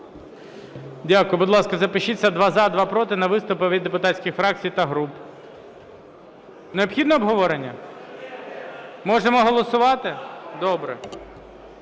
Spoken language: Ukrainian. Дякую. Будь ласка, запишіться: два – за, два – проти на виступи від депутатських фракцій та груп. Необхідно обговорення? Можемо голосувати? Добре.